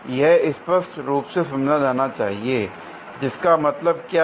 यह स्पष्ट रूप से समझा जाना चाहिए जिसका मतलब क्या है